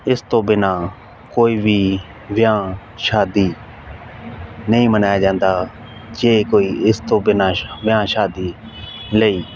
ਇਸ ਤੋਂ ਬਿਨਾ ਕੋਈ ਵੀ ਵਿਆਹ ਸ਼ਾਦੀ ਨਹੀਂ ਮਨਾਇਆ ਜਾਂਦਾ ਜੇ ਕੋਈ ਇਸ ਤੋਂ ਬਿਨਾ ਵਿਆਹ ਸ਼ਾਦੀ ਲਈ